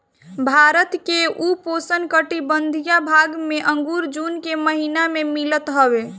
भारत के उपोष्णकटिबंधीय भाग में अंगूर जून के महिना में मिलत हवे